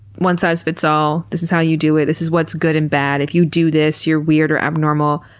one size fits all. this is how you do it. this is what's good and bad. if you do this, you're weird or abnormal.